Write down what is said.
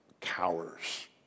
cowers